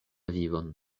vivon